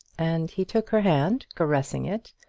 and he took her hand, caressing it,